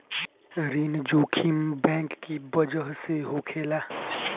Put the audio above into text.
ऋण जोखिम बैंक की बजह से होखेला